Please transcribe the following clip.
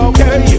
Okay